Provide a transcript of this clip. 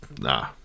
nah